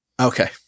okay